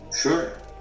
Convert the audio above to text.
Sure